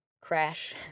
crash